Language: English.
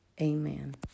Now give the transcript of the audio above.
Amen